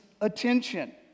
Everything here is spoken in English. attention